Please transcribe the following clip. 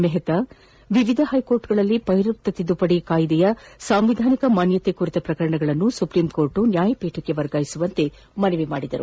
ಮೆಹ್ತಾ ವಿವಿಧ ಹೈಕೋರ್ಟ್ಗಳಲ್ಲಿ ಪೌರತ್ವ ತಿದ್ದುಪಡಿ ಕಾಯ್ದೆಯ ಸಾಂವಿಧಾನಿಕ ಮಾನ್ಯತೆ ಕುರಿತ ಪ್ರಕರಣಗಳನ್ನು ಸುಪ್ರೀಂಕೋರ್ಟ್ ನ್ಯಾಯಪೀಠಕ್ಕೆ ವರ್ಗಾಯಿಸುವಂತೆ ಮನವಿ ಮಾಡಿದರು